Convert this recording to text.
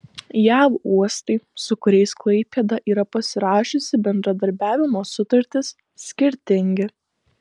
jav uostai su kuriais klaipėda yra pasirašiusi bendradarbiavimo sutartis skirtingi